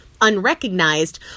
unrecognized